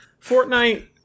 Fortnite